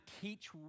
teach